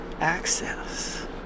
Access